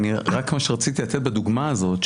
רק מה שרציתי לתת בדוגמא הזאת,